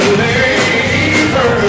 labor